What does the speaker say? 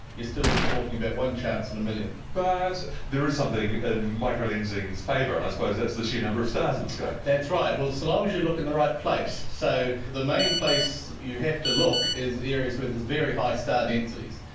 still talking about one chance in a million. but there is something in microlensing's favour and i suppose that's the sheer number of stars in the sky. that's right, so long as you look in the right place. so the main place you have to look is areas where there's very high star densities,